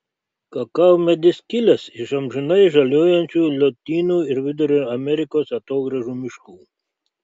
kakavmedis kilęs iš amžinai žaliuojančių lotynų ir vidurio amerikos atogrąžų miškų